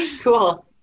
Cool